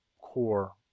core